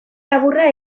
laburra